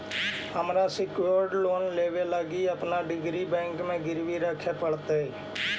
हमरा secured loan लेबे लागी अपन डिग्री बैंक के गिरवी रखे पड़तई